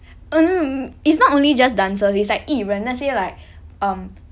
oh no it's not only just dancers it's like 艺人那些 like um